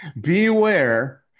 Beware